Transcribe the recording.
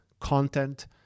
content